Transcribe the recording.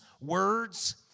words